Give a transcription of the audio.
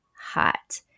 hot